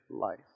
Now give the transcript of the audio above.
life